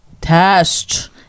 test